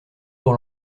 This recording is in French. pour